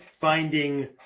finding